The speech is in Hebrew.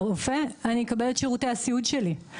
הרופא כך אני אקבל את שירותי הסיעוד שלי.